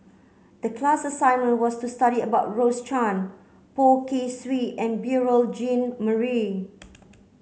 the class assignment was to study about Rose Chan Poh Kay Swee and Beurel Jean Marie